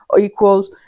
equals